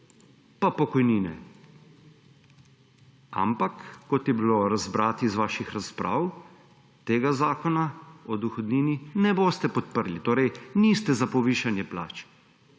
pa pokojnine, ampak, kot je bilo razbrati iz vaših razprav, tega Zakona o dohodnini ne boste podprli. Torej, niste za povišanje plač,